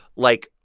like,